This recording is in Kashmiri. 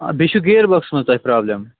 بیٚیہِ چھُو گیر بۅکسَس منٛز تۄہہِ پرٛابلِم